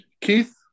Keith